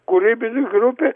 kūrybinę grupę